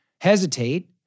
hesitate